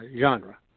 genre